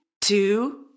two